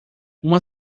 uma